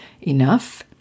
enough